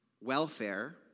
Welfare